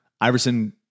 Iverson